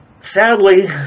Sadly